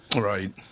Right